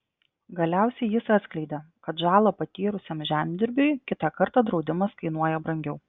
galiausiai jis atskleidė kad žalą patyrusiam žemdirbiui kitą kartą draudimas kainuoja brangiau